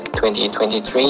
2023